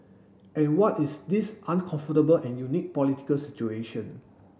and what is this uncomfortable and unique political situation